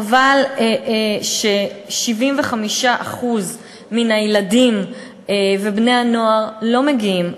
חבל ש-75% מן הילדים ובני-הנוער לא מגיעים,